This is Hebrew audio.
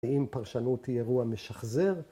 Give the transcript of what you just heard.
‫אם פרשנות היא אירוע משחזר.